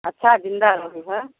अच्छा जिंदा रोहू है